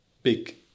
big